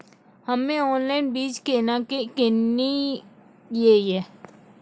हम्मे ऑनलाइन बीज केना के किनयैय?